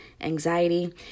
anxiety